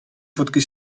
fotky